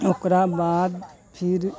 ओकरा बाद फिर